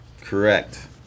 correct